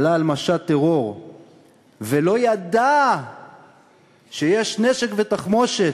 עלה על משט טרור ולא ידע שיש נשק ותחמושת,